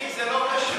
איציק, זה לא קשור.